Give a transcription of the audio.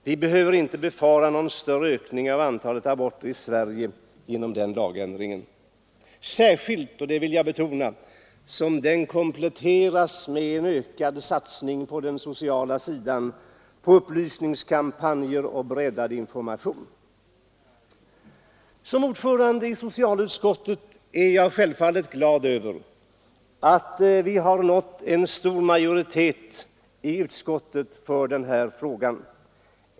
Vi behöver inte befara någon större ökning av antalet aborter i Sverige genom den lagändringen. Särskilt — och det vill jag betona — som denna kompletteras med en ökad satsning på den sociala sidan, på upplysningskampanjer och breddad information. Som ordförande i socialutskottet är jag självfallet glad över att vi i utskottet har nått en stor majoritet i denna fråga.